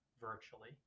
virtually